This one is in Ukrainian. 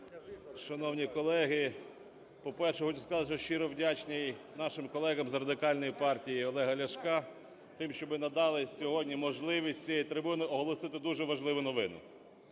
Шановні колеги, по-перше, хочу сказати, що щиро вдячний нашим колегам з Радикальної партії Олега Ляшка тим, що надали сьогодні можливість з цієї трибуни оголосити дуже важливу новину.